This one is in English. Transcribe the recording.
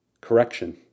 correction